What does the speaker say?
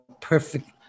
perfect